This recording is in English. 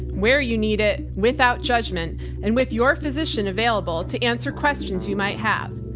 where you need it, without judgment and with your physician available to answer questions you might have.